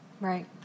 Right